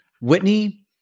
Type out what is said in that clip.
Whitney